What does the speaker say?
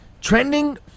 Trending